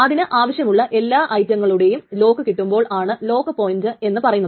അതിന് ആവശ്യമുള്ള എല്ലാ ഐറ്റങ്ങളുടെയും ലോക്ക് കിട്ടുമ്പോൾ ആണ് ലോക്ക് പോയിന്റ് എന്നു പറയുന്നത്